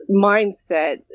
mindset